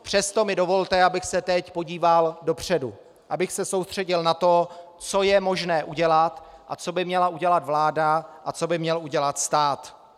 Přesto mi dovolte, abych se teď podíval dopředu, abych se soustředil na to, co je možné udělat a co by měla udělat vláda a co by měl udělat stát.